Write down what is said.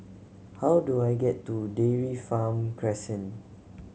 how do I get to Dairy Farm Crescent